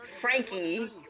Frankie